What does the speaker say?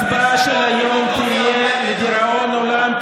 וההצבעה של היום תהיה לדיראון עולם,